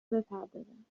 بپردازند